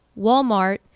Walmart